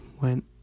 went